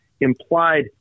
implied